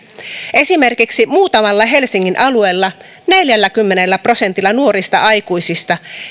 esimerkiksi muutamalla helsingin alueella neljälläkymmenellä prosentilla nuorista aikuisista